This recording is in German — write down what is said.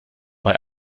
bei